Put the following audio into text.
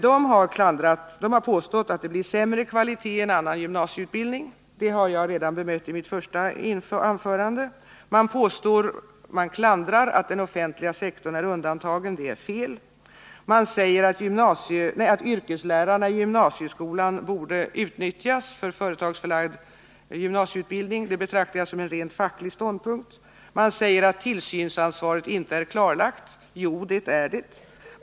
Dessa organisationer har påstått att en annan gymnasieutbildning medför sämre kvalitet. Det har jag redan bemött i mitt första anförande. Man klandrar att den offentliga sektorn är undantagen. Det är fel. Man säger att yrkeslärarna i gymnasieskolan borde utnyttjas för företagsförlagd gymnasieutbildning. Det betraktar jag såsom en rent facklig ståndpunkt. Man säger att tillsynsansvaret inte är klarlagt. Jo, det är det.